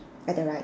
at the right